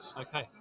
Okay